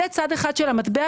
זה צד אחד של המטבע,